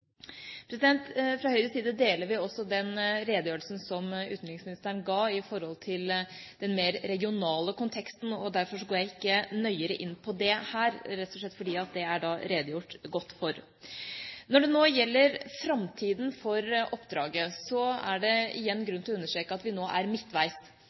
Fra Høyres side slutter vi oss til den redegjørelsen som utenriksministeren ga om den mer regionale konteksten, og derfor går jeg ikke nøyere inn på det her, rett og slett fordi det er redegjort godt for. Når det nå gjelder framtida for oppdraget, er det igjen